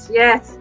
yes